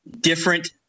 different